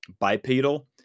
bipedal